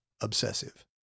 obsessive